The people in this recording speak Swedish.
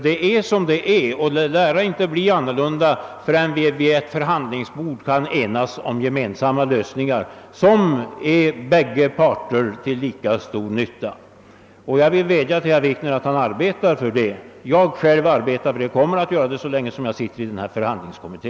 Det är som det är, och det lär inte bli annorlunda förrän vi vid förhandlingsbordet kan enas om gemensamma lösningar som blir båda parter till lika stor nytta. Jag vädjar till herr Wikner att arbeta härför. Jag själv gör det, och det kommer jag att göra så länge som jag tillhör denna förhandlingskommitté.